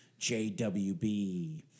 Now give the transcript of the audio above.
JWB